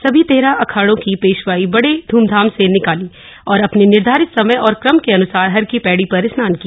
सभी तेरह अखाड़ों की पेशवाई बड़े ध्मधाम से निकली और अपने निर्धारित समय और क्रम के अन्सार हर की पट्टी पर स्नान किया